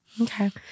okay